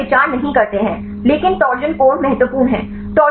तो वे इन पर विचार नहीं करते हैं लेकिन टॉरशन कोण महत्वपूर्ण हैं